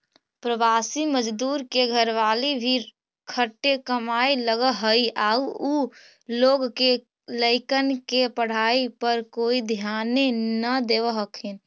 प्रवासी मजदूर के घरवाली भी खटे कमाए लगऽ हई आउ उ लोग के लइकन के पढ़ाई पर कोई ध्याने न देवऽ हथिन